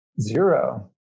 Zero